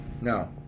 no